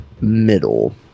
middle